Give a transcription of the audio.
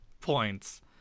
points